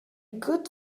could